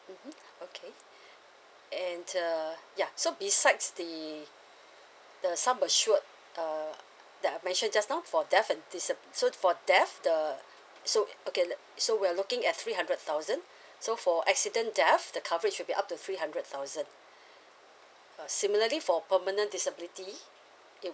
mmhmm okay and uh ya so besides the the sum assured uh that I mentioned just now for deaf and disa~ so for deaf the so okay let so we're looking at three hundred thousand so for accident deaf the coverage will be up to three hundred thousand uh similarly for permanent disability it